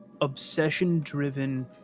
obsession-driven